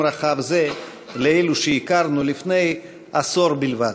רחב זה לאלו שהכרנו לפני עשור בלבד.